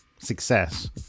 success